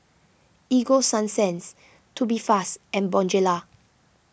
Ego Sunsense Tubifast and Bonjela